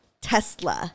Tesla